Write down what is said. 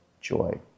joy